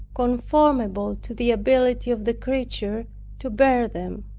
conformable to the ability of the creature to bear them.